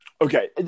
Okay